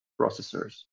processors